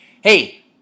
hey